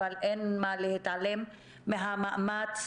אבל אין להתעלם מהמאמץ